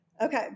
Okay